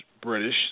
British